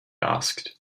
asked